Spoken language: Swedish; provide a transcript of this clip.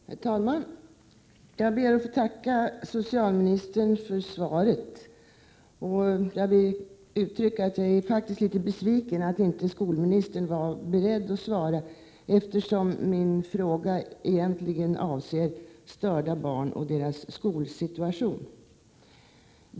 Herr talman! Jag ber att få tacka socialministern för svaret — men jag är faktiskt litet besviken över att inte skolministern var beredd att svara, eftersom min fråga egentligen avser störda barn och deras skolsituation.